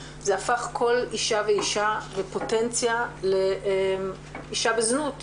זה הפך כל אישה ואישה לפוטנציה לאישה בזנות,